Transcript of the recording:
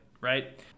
right